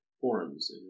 forums